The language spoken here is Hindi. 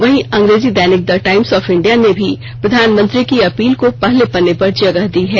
वहीं अंग्रेजी दैनिक द टाइम्स ऑफ इंडिया ने भी प्रधानमंत्री की अपील को पहले पत्रे पर जगह दी है